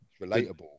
relatable